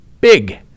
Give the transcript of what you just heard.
Big